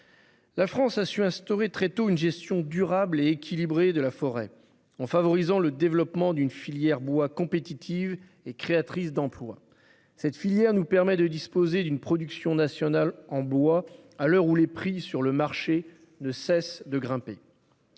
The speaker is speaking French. La France a su instaurer très tôt une gestion durable et équilibrée de la forêt, en favorisant le développement d'une filière bois compétitive et créatrice d'emplois. Nous disposons ainsi d'une production nationale en bois à l'heure où les prix sur le marché ne cessent de grimper.